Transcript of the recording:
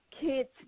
kids